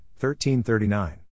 1339